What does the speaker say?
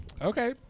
Okay